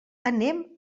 anem